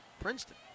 Princeton